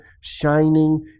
shining